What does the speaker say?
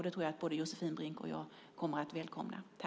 Jag tror att både Josefin Brink och jag välkomnar detta.